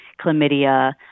chlamydia